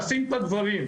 לשים את הדברים.